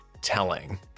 telling